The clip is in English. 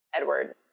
Edward